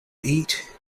eat